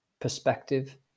Perspective